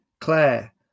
Claire